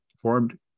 formed